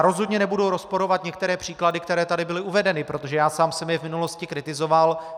Rozhodně nebudu rozporovat některé příklady, které tady byly uvedeny, protože já sám jsem je v minulosti kritizoval.